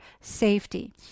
safety